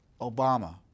Obama